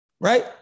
right